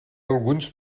alguns